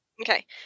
Okay